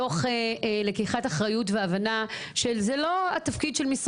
כל זה מתוך הבנה שיש כאן גם אחריות למשרדים